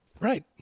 Right